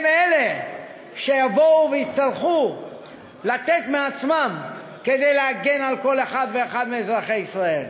הם אלה שיבואו ויצטרכו לתת מעצמם כדי להגן על כל אחד ואחת מאזרחי ישראל.